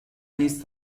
نیز